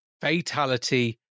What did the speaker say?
fatality